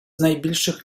найбільших